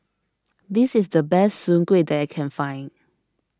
this is the best Soon Kueh that I can find